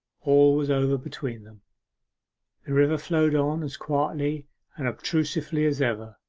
all was over between them. the river flowed on as quietly and obtusely as ever,